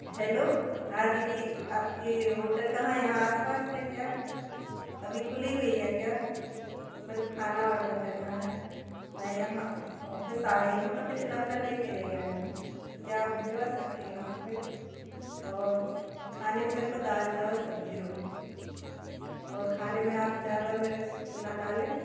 hello हाँ दीदी आपके होटल कहाँ यहाँ आस पास है क्या अभी खुली हुई है क्या मेरे को खाना ऑर्डर करना है मैं यहाँ ऑफ़िस आ गई हूँ तो टिफ़िन अपना ले कर नहीं आई हूँ तो क्या आप भिजवा सकती हो वहाँ पर और खाने में मेरे को दाल चावल सब्ज़ी रोटी चहिए और खाने में आप ज़्यादा मिर्च ना डालें